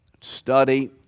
study